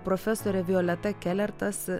profesorė violeta kelertas